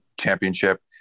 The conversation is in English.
championship